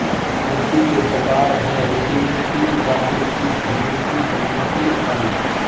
मिट्टी के प्रकार हैं, रेतीली मिट्टी, गाद मिट्टी, चिकनी मिट्टी, बलुई मिट्टी अदि